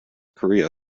korea